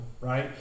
right